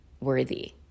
worthy